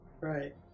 Right